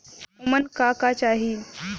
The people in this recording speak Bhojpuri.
उमन का का चाही?